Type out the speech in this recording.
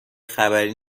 خبری